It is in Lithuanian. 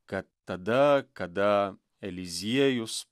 kad tada kada eliziejus